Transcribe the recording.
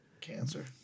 Cancer